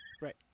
Right